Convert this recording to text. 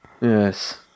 Yes